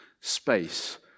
space